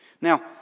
Now